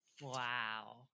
Wow